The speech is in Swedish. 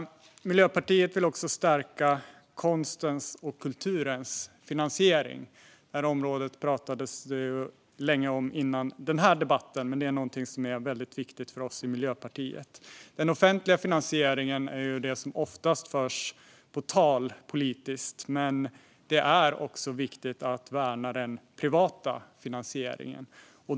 Miljöpartiet vill stärka konstens och kulturens finansiering. Det området pratades det länge om innan den här debatten, och det är väldigt viktigt för oss i Miljöpartiet. Den offentliga finansieringen är ju det som oftast förs på tal, politiskt - men det är också viktigt att värna den privata finansieringen.